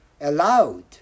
allowed